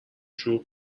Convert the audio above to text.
شروع